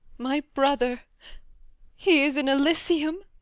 my brother he is in elysium.